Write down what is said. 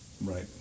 Right